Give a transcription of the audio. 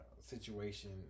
situation